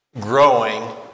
growing